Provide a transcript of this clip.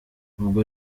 ubwo